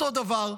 אותו הדבר,